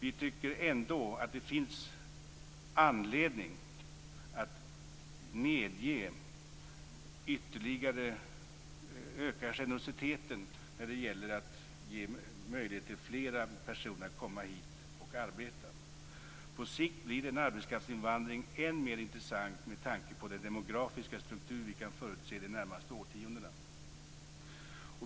Vi tycker ändå att det finns anledning att ytterligare öka generositeten när det gäller att ge möjlighet till flera personer att komma hit och arbeta. På sikt blir en arbetskraftsinvandring än mer intressant med tanke på den demografiska struktur vi kan förutse de närmaste årtiondena.